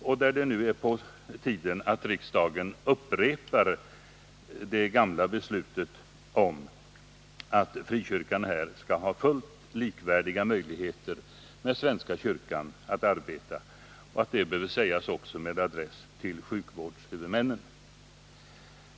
Det är nu på tiden att riksdagen upprepar det gamla beslutet om att frikyrkan skall ha fullt likvärdiga möjligheter med svenska kyrkan att arbeta, och det behöver sägas även med adress till sjukvårdshuvudmännen.